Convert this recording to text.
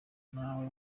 nawe